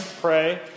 pray